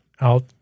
out